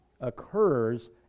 occurs